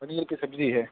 پنیر کی سبزی ہے